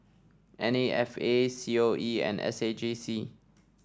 N A F A C O E and S A J C